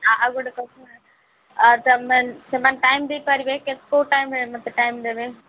ଆଉ ଗୋଟେ କଥା ସେମାନେ ଟାଇମ୍ ଦେଇପାରିବେ କୋଉ ଟାଇମ୍ରେ ମୋତେ ଟାଇମ୍ ଦେବେ